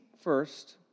first